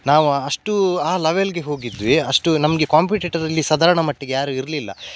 ನಾವು ಅಷ್ಟು ಆ ಲವೆಲ್ಗೆ ಹೋಗಿದ್ವಿ ಅಷ್ಟು ನಮಗೆ ಕಾಂಪಿಟೇಟರಲ್ಲಿ ಸಾಧಾರಣ ಮಟ್ಟಿಗೆ ಯಾರೂ ಇರಲಿಲ್ಲ